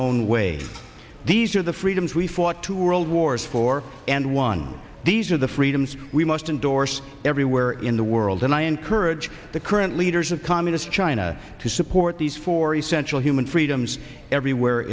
own way these are the freedoms we fought two world wars for and one these are the freedoms we must endorse everywhere in the world and i encourage the current leaders of communist china to support these four essential human freedoms everywhere